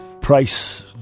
price